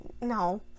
no